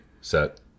set